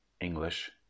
English